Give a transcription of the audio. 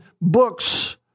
books